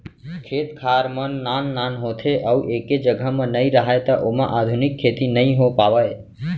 खेत खार मन नान नान होथे अउ एके जघा म नइ राहय त ओमा आधुनिक खेती नइ हो पावय